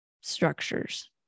structures